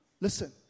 Listen